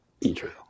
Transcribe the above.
Israel